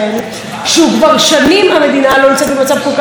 שכבר שנים המדינה לא נמצאת במצב כל כך טוב.